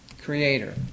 creator